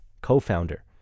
Co-founder